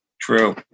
True